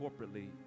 corporately